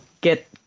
get